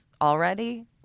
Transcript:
already